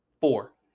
Four